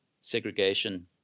segregation